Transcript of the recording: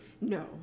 No